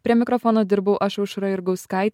prie mikrofono dirbau aš aušra jurgauskaitė